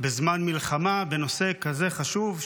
בזמן מלחמה בנושא כזה חשוב?